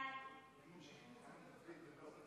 אחד, נמנעו שניים.